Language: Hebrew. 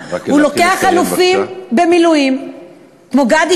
כי פעם אחר פעם הוא דוחף אותנו לעשות דברים שהם